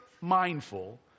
mindful